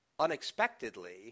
Unexpectedly